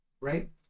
right